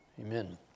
amen